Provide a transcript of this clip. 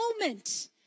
moment